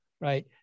right